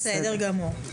בסדר גמור.